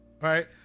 right